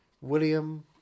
William